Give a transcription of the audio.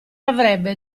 avrebbe